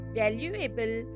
valuable